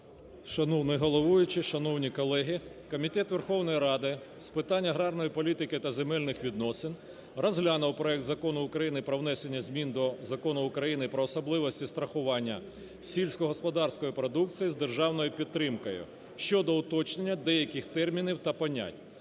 Шановний головуючий, шановні колеги! Комітет Верховної Ради з питань аграрної політики та земельних відносин розглянув проект Закону України про внесення змін до Закону України "Про особливості страхування сільськогосподарської продукції з державною підтримкою" (щодо уточнення деяких термінів та понять)